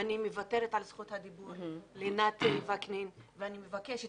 אני מוותרת על זכות הדיבור לנתי וקנין ואני מבקשת,